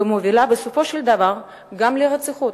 ומובילה בסופו של דבר גם לרציחות.